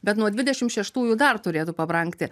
bet nuo dvidešimt šeštųjų dar turėtų pabrangti